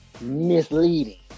misleading